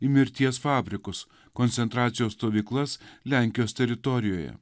į mirties fabrikus koncentracijos stovyklas lenkijos teritorijoje